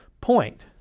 point